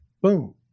boom